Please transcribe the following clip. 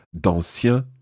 d'anciens